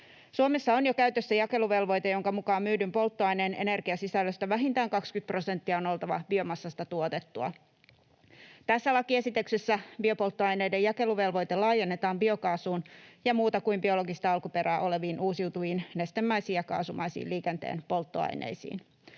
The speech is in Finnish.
Suomessa on jo käytössä jakeluvelvoite, jonka mukaan myydyn polttoaineen energiasisällöstä vähintään 20 prosenttia on oltava biomassasta tuotettua. Tässä lakiesityksessä biopolttoaineiden jakeluvelvoite laajennetaan biokaasuun ja muuta kuin biologista alkuperää oleviin uusiutuviin nestemäisiin ja kaasumaisiin liikenteen polttoaineisiin.